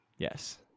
Yes